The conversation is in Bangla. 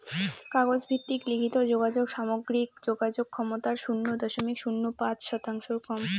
কাগজ ভিত্তিক লিখিত যোগাযোগ সামগ্রিক যোগাযোগ ক্ষমতার শুন্য দশমিক শূন্য পাঁচ শতাংশর কম